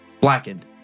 Blackened